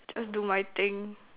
just do my thing